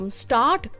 start